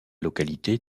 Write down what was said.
localité